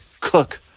cook